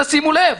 שימו לב,